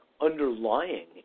underlying